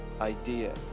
idea